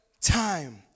time